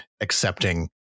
accepting